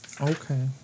Okay